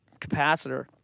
capacitor